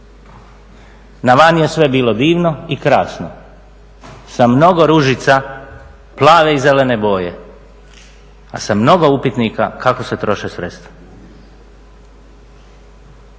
Na van je sve bilo divno i krasno, sa mnogo ružica plave i zelene boje, a sa mnogo upitnika kako se troše sredstva.